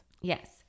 Yes